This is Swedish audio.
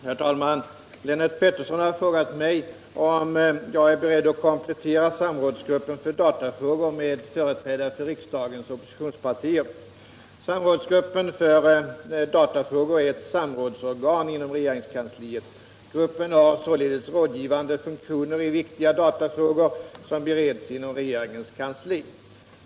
Herr talman! Lennart Pettersson har frågat mig om jag är beredd att komplettera samrådsgruppen för datafrågor med företrädare för riksdagens oppositionspartier. kansliet. Gruppen har således rådgivande funktioner i viktigare datafrågor som bereds inom regeringens kansli.